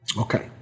Okay